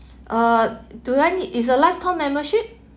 uh do I need is a lifetime membership